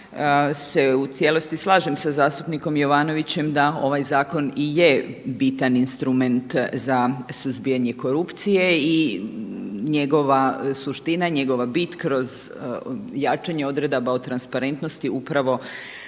u cijelosti slažem sa zastupnikom Jovanovićem da ovaj zakon i je bitan instrument za suzbijanje korupcije i njegova suština, njegova bit kroz jačanje odredaba o transparentnosti upravo